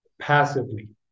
passively